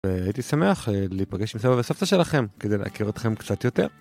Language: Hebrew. הייתי שמח להיפגש עם סבא וסבתא שלכם כדי להכיר אתכם קצת יותר.